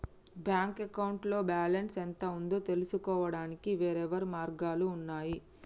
bank అకౌంట్లో balance ఎంత ఉందో తెలుసుకోవడానికి వేర్వేరు మార్గాలు ఉన్నయి